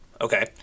okay